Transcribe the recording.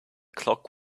clock